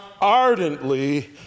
ardently